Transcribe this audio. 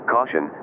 Caution